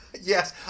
Yes